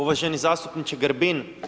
Uvaženi zastupniče Grbin.